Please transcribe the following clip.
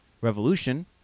Revolution